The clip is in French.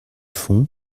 fond